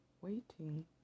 waiting